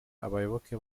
abayoboke